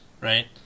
right